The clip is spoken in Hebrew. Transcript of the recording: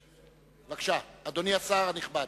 בבקשה, אדוני השר הנכבד.